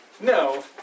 No